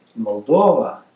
Moldova